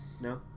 No